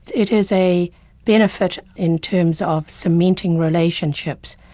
it is a benefit in terms of cementing relationships,